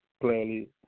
clearly